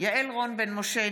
יעל רון בן משה,